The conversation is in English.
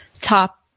top